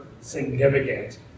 significant